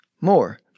more